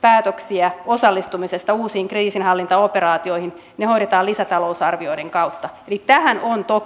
päätöksiä osallistumisesta uusiin kriisinhallintaoperaatioihin ne hoidetaan lisätalousarvioiden kautta eli tähän on toki valmius